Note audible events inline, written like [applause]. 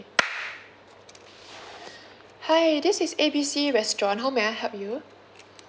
[noise] [breath] this is A B C restaurant how may I help you